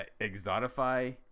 exotify